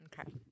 Okay